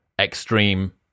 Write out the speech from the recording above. extreme